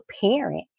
parent